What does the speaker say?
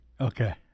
Okay